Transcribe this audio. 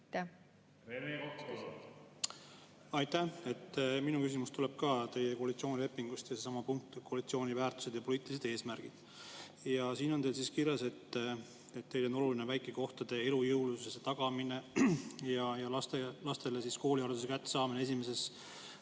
Aitäh! Minu küsimus tuleneb ka teie koalitsioonilepingust ja sellest samast punktist "Koalitsiooni väärtused ja poliitilised eesmärgid". Siin on teil kirjas, et teile on oluline väikekohtade elujõulisuse tagamine ja lastele koolihariduse kättesaamine esimeses